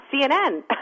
CNN